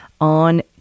on